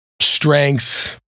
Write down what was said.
strengths